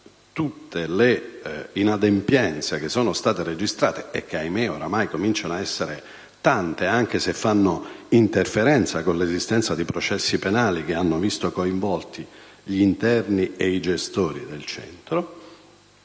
tutte le inadempienze che sono state registrate e che ‑ ahimè ‑ ormai cominciano ad essere tante (anche se interferiscono con l'esistenza di processi penali, che hanno visto coinvolti gli interni e i gestori del centro),